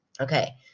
Okay